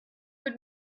wird